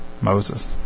Moses